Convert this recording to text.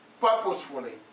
purposefully